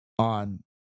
On